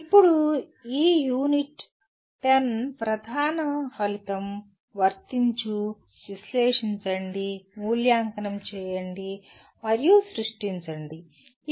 ఇప్పుడు ఈ యూనిట్ 10 ప్రధాన ఫలితం వర్తించుఅప్లై విశ్లేషించండిఅనలైజ్ మూల్యాంకనం చేయండిఎవాల్యుయేట్ మరియు సృష్టించండిక్రియేట్